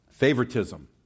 Favoritism